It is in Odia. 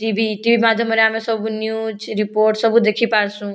ଟିଭି ଟିଭି ମାଧ୍ୟମରେ ଆମେ ସବୁ ନ୍ୟୁଜ୍ ରିପୋଟ ସବୁ ଦେଖି ପାରସୁଁ